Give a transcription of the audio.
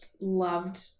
loved